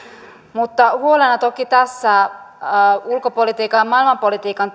mutta huolena toki tässä ulkopolitiikan ja maailmanpolitiikan